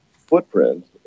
footprint